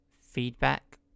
feedback